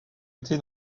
été